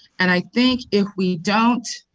and i think if we don't